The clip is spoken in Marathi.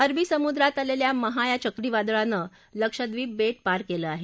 अरबी समुद्रात आलेल्या महा या चक्रीवादळानं लक्षड्रीप बेध्मार केलं आहे